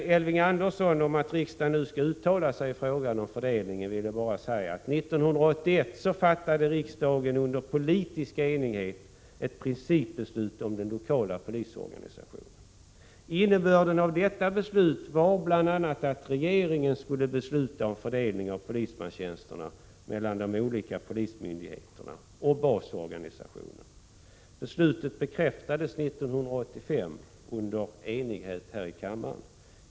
Beträffande detta att riksdagen skall uttala sig i frågan om fördelningen vill jag bara säga till Elving Andersson att riksdagen 1981 i politisk enighet fattade ett principbeslut om den lokala polisorganisationen. Innebörden av detta beslut var bl.a. att regeringen skulle besluta om fördelningen av polismanstjänster mellan de olika polismyndigheterna och basorganisationen. Beslutet bekräftades 1985 under enighet här i kammaren.